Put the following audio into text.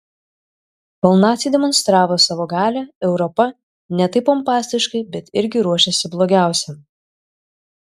kol naciai demonstravo savo galią europa ne taip pompastiškai bet irgi ruošėsi blogiausiam